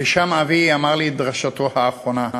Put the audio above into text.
ושם אבי אמר לי את דרשתו האחרונה: